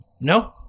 No